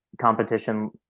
competition